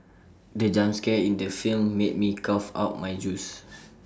the jump scare in the film made me cough out my juice